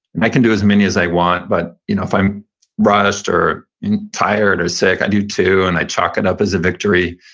and i can do as many as i want, but you know if i'm rushed or tired or sick, i do two, and i chalk it up as a victory.